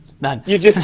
None